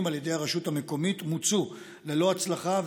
על ידי הרשות המקומית מוצו ללא הצלחה,